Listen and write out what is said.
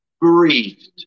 breathed